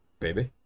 baby